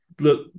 look